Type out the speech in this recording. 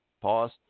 Pause